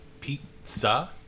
pizza